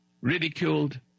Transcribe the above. ridiculed